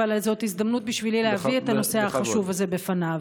אבל זאת הזדמנות בשבילי להביא את הנושא החשוב הזה בפניו.